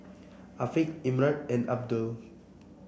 Afiq Imran and Abdul